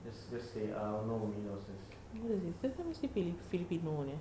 just just say ah nur I will meet you outside